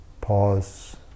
Pause